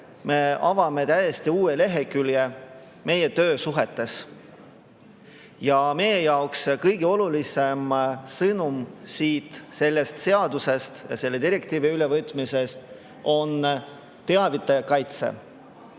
me avame täiesti uue lehekülje meie töösuhetes. Meie jaoks kõige olulisem sõnum siit sellest seadusest ja selle direktiivi ülevõtmisest on teavitaja kaitse.